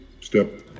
step